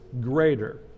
greater